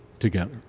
together